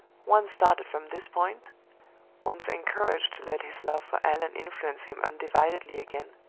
once started from this point once encouraged to let his love for allan influence him undividedly again,